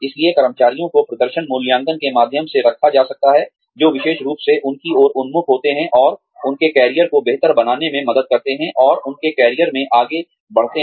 इसलिए कर्मचारियों को प्रदर्शन मूल्यांकन के माध्यम से रखा जा सकता है जो विशेष रूप से उनकी ओर उन्मुख होते हैं और उनके करियर को बेहतर बनाने में मदद करते हैं और उनके करियर में आगे बढ़ते हैं